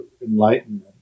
enlightenment